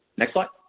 next slide.